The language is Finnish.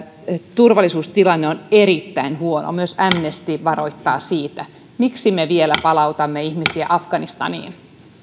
turvallisuustilanne on erittäin huono myös amnesty varoittaa siitä miksi me vielä palautamme ihmisiä afganistaniin